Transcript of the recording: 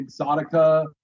Exotica